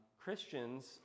Christians